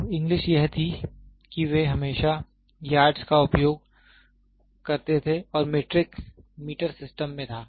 तो इंग्लिश यह थी कि वे हमेशा यार्डस् का उपयोग करते थे और मीट्रिक मीटर सिस्टम में था